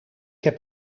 heb